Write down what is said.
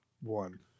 one